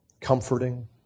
comforting